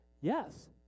Yes